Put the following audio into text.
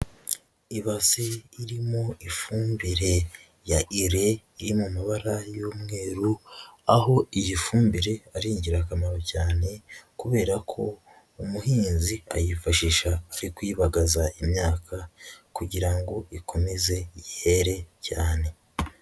Ibasi irimo ifumbire ya ire iri mu mabara y'umweru, aho iyi fumbire ari ingirakamaro cyane kubera ko umuhinzi ayifashisha ari kuyibagaza imyaka, kugira ngo ikomeze yere cyane.